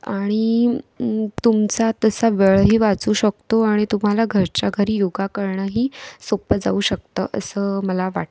आणि तुमचा तसा वेळही वाचू शकतो आणि तुम्हाला घरच्या घरी योगा करणंही सोपं जाऊ शकतं असं मला वाटतं